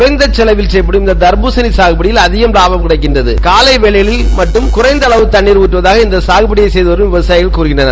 குறைந்த செலவில் செய்யப்படும் இந்த தர்பூசணி சாகுபடியில் அதிக லாபம் கிடைக்கிறது காலை வேளையில் மட்டும் குறைந்த அளவில் தண்ணீர் ஊற்றவதாக இந்த சாகுபடி செய்தவரும் விவசாயிகள் கூறுகின்றனர்